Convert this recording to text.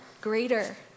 greater